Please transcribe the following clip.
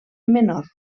menor